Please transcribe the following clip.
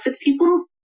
people